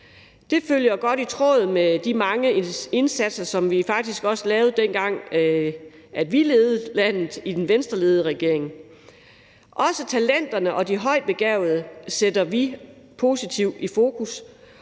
Det falder godt i tråd med de mange indsatser, som vi faktisk også lavede, dengang vi ledede landet i den Venstreledede regering. Også talenterne og de højtbegavede sætter vi positivt i fokus,